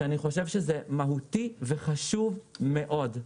שאני חושב שזה מהותי וחשוב מאוד.